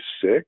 sick